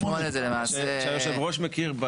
שיושב הראש מכיר.